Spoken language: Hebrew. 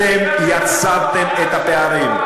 אתם יצרתם את הפערים.